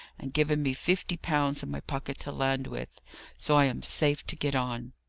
and given me fifty pounds in my pocket to land with so i am safe to get on.